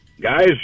guys